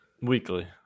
weekly